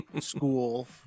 school